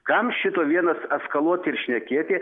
kam šito vienas askaluoti ir šnekėti